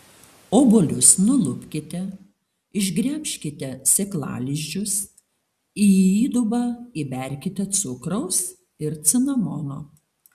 obuolius nulupkite išgremžkite sėklalizdžius į įdubą įberkite cukraus ir cinamono